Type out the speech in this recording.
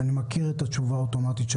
אני מכיר את התשובה האוטומטית של